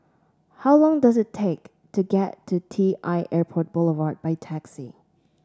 how long does it take to get to T I Airport Boulevard by taxi